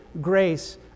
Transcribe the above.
grace